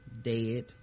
dead